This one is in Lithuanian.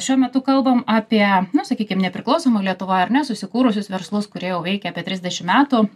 šiuo metu kalbam apie nu sakykim nepriklausomoj lietuvoj ar ne susikūrusius verslus kurie jau veikia apie trisdešim metų